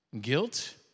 guilt